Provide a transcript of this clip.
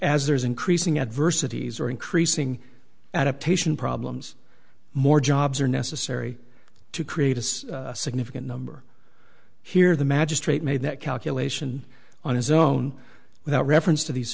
as there's increasing adversities or increasing adaptation problems more jobs are necessary to create a significant number here the magistrate made that calculation on his own without reference to these